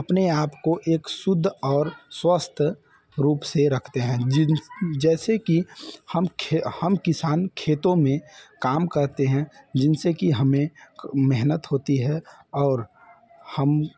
अपने आपको एक शुद्ध और स्वस्थ रूप से रखते हैं जिन जैसे की हम खे हम किसान खेतों में काम करते हैं जिनसे की हमें मेहनत होती है और हम